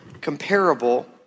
comparable